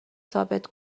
ثابت